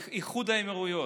עם איחוד האמירויות.